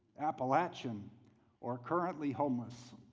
appalachian or currently homeless.